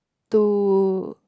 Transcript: to